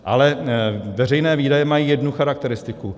Ale veřejné výdaje mají jednu charakteristiku.